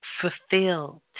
fulfilled